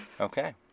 Okay